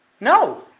No